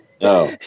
No